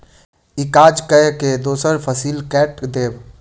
ई काज कय के दोसर फसिल कैट देब